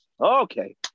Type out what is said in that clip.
Okay